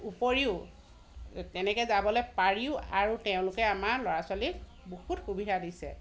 উপৰিও তেনেকৈ যাবলৈ পাৰিও আৰু তেওঁলোকে আমাৰ ল'ৰা ছোৱালীক বহুত সুবিধা দিছে